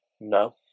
No